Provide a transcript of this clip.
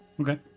Okay